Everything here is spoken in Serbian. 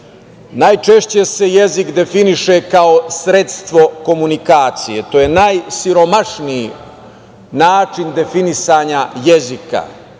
se jezik definiše kao sredstvo komunikacije. To je najsiromašniji način definisanja jezika